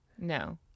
No